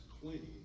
clean